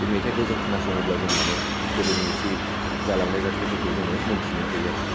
बे मेथाइखौ जों खोनासङोब्ला जों माने गोदोनि जे जालांनाय जाथायफोरखौ जोङो मोन्थिनो हायो आरोखि